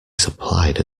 supplied